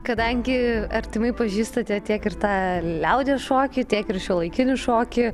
kadangi artimai pažįstate tiek ir tą liaudies šokį tiek ir šiuolaikinį šokį